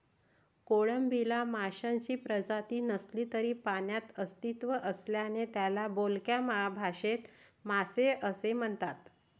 कोळंबीला माशांची प्रजाती नसली तरी पाण्यात अस्तित्व असल्याने त्याला बोलक्या भाषेत मासे असे म्हणतात